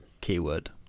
keyword